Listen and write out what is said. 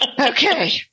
Okay